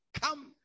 Come